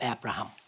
Abraham